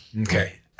Okay